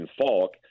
Falk